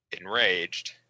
enraged